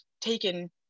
taken